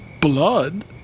blood